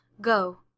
go